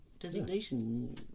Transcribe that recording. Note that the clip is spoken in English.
designation